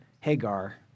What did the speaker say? Hagar